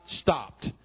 stopped